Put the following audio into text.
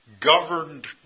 governed